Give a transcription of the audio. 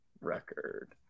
record